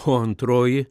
o antroji